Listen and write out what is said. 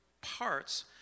parts